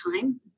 time